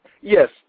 Yes